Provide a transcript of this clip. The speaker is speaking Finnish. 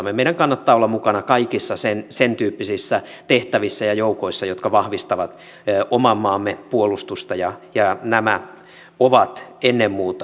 meidän kannattaa olla mukana kaikissa sen tyyppisissä tehtävissä ja joukoissa jotka vahvistavat oman maamme puolustusta ja nämä ovat ennen muuta sellaiset